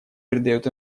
придает